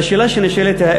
והשאלה שנשאלת היא,